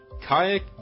kayak